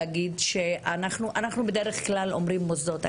אנחנו בדרך כלל אומרים "מוסדות אקדמיים"